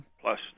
Plus